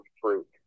fruit